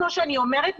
כמו שאני אומרת,